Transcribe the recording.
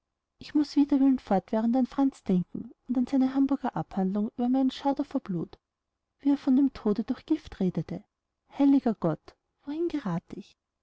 ich muß wider willen fortwährend an franz denken und an seine hamburger abhandlung über meinen schauder vor blut wie er von dem tode durch gift redete heiliger gott wohin gerath ich